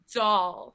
doll